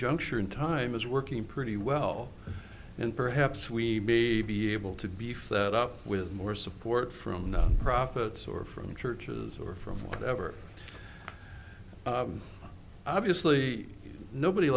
juncture in time is working pretty well and perhaps we may be able to beef that up with more support from nonprofits or from churches or from whatever obviously nobody